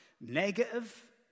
negative